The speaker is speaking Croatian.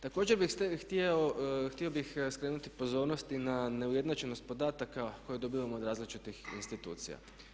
Također bih htio, htio bih skrenuti pozornost i na neujednačenost podataka koje dobivamo od različitih institucija.